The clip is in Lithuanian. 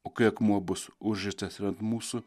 o kai akmuo bus užristas ir ant mūsų